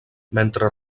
mentre